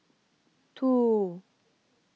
two